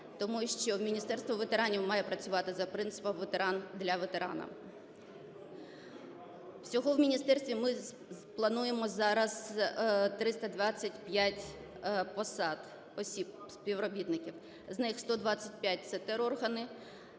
Тому що Міністерство ветеранів має працювати за принципом "ветеран для ветерана". Всього в міністерстві ми плануємо зараз 325 посад, осіб, співробітників, з них: 125 – це тероргани,